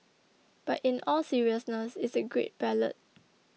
but in all seriousness it's a great ballad